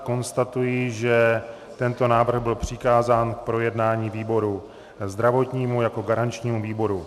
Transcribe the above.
Konstatuji, že tento návrh byl přikázán k projednání výboru zdravotnímu jako garančnímu výboru.